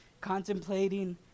contemplating